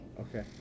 Okay